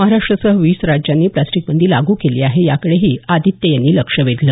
महाराष्ट्रासह वीस राज्यांनी प्लास्टिक बंदी लागू केली आहे याकडेही आदित्य यांनी लक्ष वेधलं